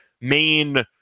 main